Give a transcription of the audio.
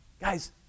Guys